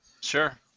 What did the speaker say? Sure